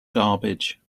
garbage